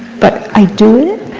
but i do it.